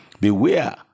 Beware